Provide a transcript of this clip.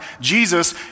Jesus